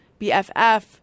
BFF